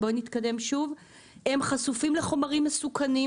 הם חשופים לחומרים מסוכנים.